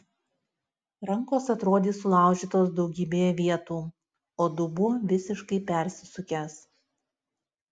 rankos atrodė sulaužytos daugybėje vietų o dubuo visiškai persisukęs